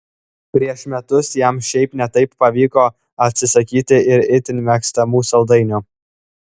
prieš metus jam šiaip ne taip pavyko atsisakyti ir itin mėgstamų saldainių